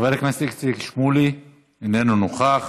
חבר הכנסת איציק שמולי, איננו נוכח.